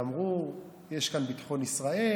ואמרו שיש כאן ביטחון ישראל.